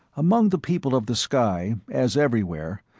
among the people of the sky, as everywhere,